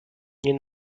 nie